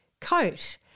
coat